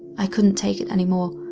i couldn't take it anymore,